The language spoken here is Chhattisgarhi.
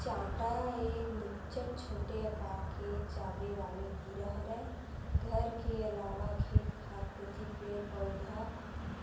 चाटा ए निच्चट छोटे अकार के चाबे वाले कीरा हरय घर के अलावा खेत खार कोती पेड़, पउधा